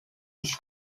his